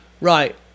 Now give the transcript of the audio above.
Right